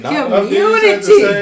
Community